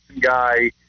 guy